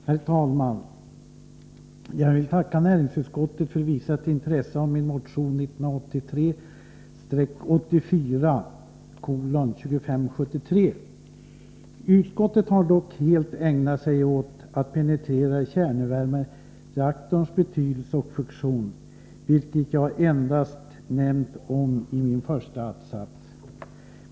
Herr talman! Jag vill tacka näringsutskottet för visat intresse för min motion 1983/84:2573. Utskottet har dock helt ägnat sig åt att penetrera kärnvärmereaktorns betydelse och funktion — något som jag endast nämnt i min första att-sats.